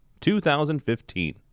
2015